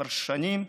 כבר שנים,